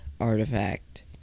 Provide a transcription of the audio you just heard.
artifact